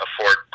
afford